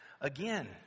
Again